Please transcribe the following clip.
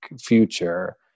future